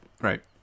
Right